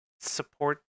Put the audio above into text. support